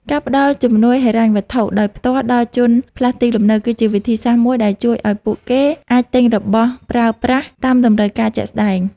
ការផ្តល់ជំនួយហិរញ្ញវត្ថុដោយផ្ទាល់ដល់ជនផ្លាស់ទីលំនៅគឺជាវិធីសាស្ត្រមួយដែលជួយឱ្យពួកគេអាចទិញរបស់ប្រើប្រាស់តាមតម្រូវការជាក់ស្តែង។